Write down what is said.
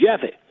Jeffy